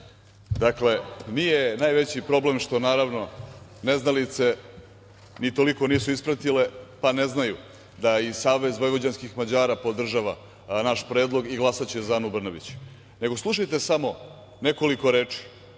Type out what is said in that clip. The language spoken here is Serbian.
Dakle, nije najveći problem što, naravno, neznalice ni toliko nisu ispratile, pa ne znaju, da i SVM podržava naš predlog i glasaće za Anu Brnabić, nego slušajte samo nekoliko reči,